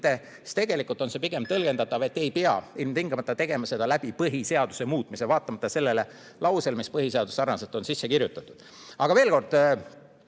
sest tegelikult on see pigem tõlgendatav, et ei pea ilmtingimata tegema seda põhiseaduse muutmise kaudu, vaatamata sellele lausele, mis põhiseadusesse sarnaselt on sisse kirjutatud. Aga veel kord: